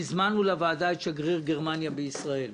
הזמנו לוועדה את שגריר גרמניה בישראל,